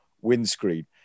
windscreen